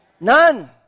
None